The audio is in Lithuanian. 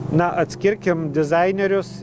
na atskirkim dizainerius